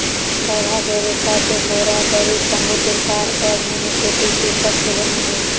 पौधे के रेशा से बोरा, दरी, तम्बू, तिरपाल और निम्नकोटि के तत्व बनो हइ